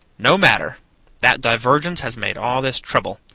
no matter that divergence has made all this trouble.